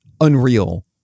unreal